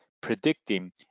predicting